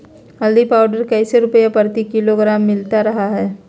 हल्दी पाउडर कैसे रुपए प्रति किलोग्राम मिलता रहा है?